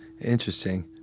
Interesting